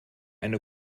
eine